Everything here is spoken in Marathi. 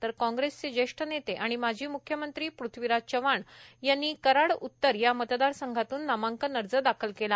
तर कांग्रेसचे ज्येष्ठ नेते आणि माजी म्ख्यमंत्री पृथ्वीराज चव्हाण यांनी कराड उतर या मतदारसंघातून नामांकन दाखील केला